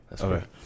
Okay